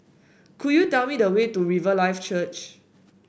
could you tell me the way to Riverlife Church